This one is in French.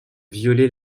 violer